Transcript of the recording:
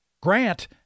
Grant